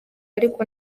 ariko